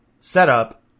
setup